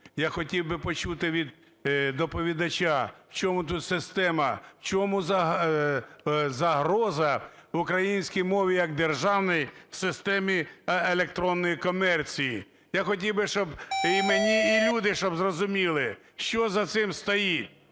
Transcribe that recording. Я хотів би почути від доповідача, в чому тут система, в чому загроза українській мові як державній в системі електронної комерції? Я хотів би, щоб і мені, і люди щоб зрозуміли, що за цим стоїть.